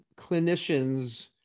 clinicians